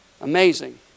amazing